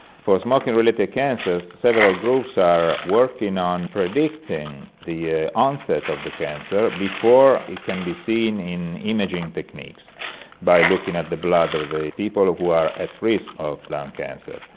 for smoking-related cancers, several groups are working on predicting the ah onset of the cancer before it can be seen in imaging techniques by looking at the blood of the people who are at risk of lung cancer.